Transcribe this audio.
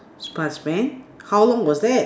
sponge man how long was that